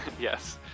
yes